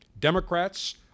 Democrats